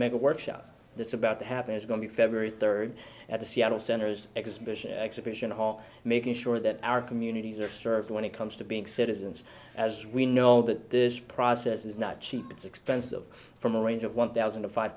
mega workshop that's about to happen is going to be february third at the seattle center's exhibition exhibition hall making sure that our communities are served when it comes to being citizens as we know that this process is not cheap it's expensive from a range of one thousand to five